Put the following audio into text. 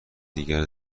دیگر